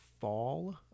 fall